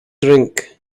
drink